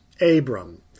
Abram